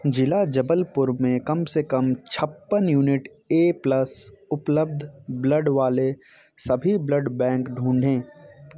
ज़िला जबलपुर में कम से कम छप्पन यूनिट ए प्लस उपलब्ध ब्लड वाले सभी ब्लड बैंक ढूँढें